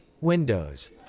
Windows